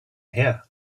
here